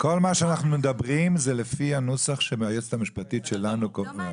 מה שאנחנו מדברים זה לפי הנוסח שהיועצת המשפטית שלנו קובעת.